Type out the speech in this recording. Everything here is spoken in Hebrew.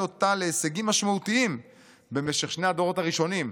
אותה להישגים משמעותיים במשך שני הדורות הראשונים.